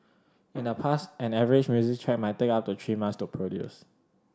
in the past an average music track might take up to three months to produce